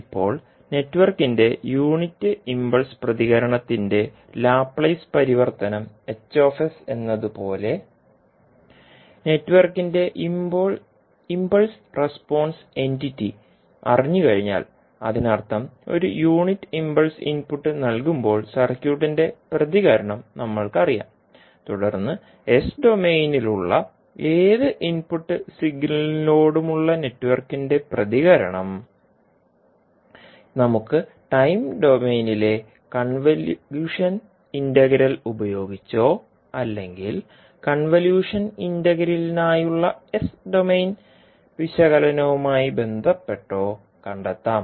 ഇപ്പോൾ നെറ്റ്വർക്കിന്റെ unit impulse പ്രതികരണത്തിന്റെ ലാപ്ലേസ് പരിവർത്തനം എന്നതുപോലെ നെറ്റ്വർക്കിന്റെ ഇംപൾസ് റെസ്പോൺസ് എന്റിറ്റി അറിഞ്ഞുകഴിഞ്ഞാൽ അതിനർത്ഥം ഒരു യൂണിറ്റ് ഇംപൾസ് ഇൻപുട്ട് നൽകുമ്പോൾ സർക്യൂട്ടിന്റെ പ്രതികരണം നമ്മൾക്കറിയാം തുടർന്ന് എസ് ഡൊമെയ്നിൽ ഉളള ഏത് ഇൻപുട്ട് സിഗ്നലിനോടുമുള്ള നെറ്റ്വർക്കിന്റെ പ്രതികരണം നമുക്ക് ടൈം ഡൊമെയ്നിലെ കൺവല്യൂഷൻ ഇന്റഗ്രൽ ഉപയോഗിച്ചോ അല്ലെങ്കിൽ കൺവല്യൂഷൻ ഇന്റഗ്രലിനായുളള എസ് ഡൊമെയ്ൻ വിശകലനവുമായി ബന്ധപ്പെട്ടോ കണ്ടെത്താം